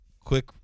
quick